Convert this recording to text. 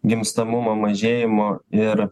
gimstamumo mažėjimo ir